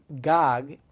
Gog